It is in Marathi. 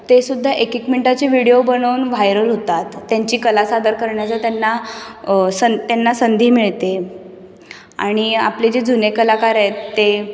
तेसुद्धा एक एक मिनटाचे व्हिडीओ बनवून व्हायरल होतात त्यांची कला सादर करण्याचा त्यांना सं त्यांना संधी मिळते आणि आपले जे जुने कलाकार आहेत ते